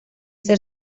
ser